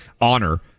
honor